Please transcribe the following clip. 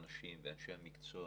אנשים ואנשי מקצוע